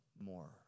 more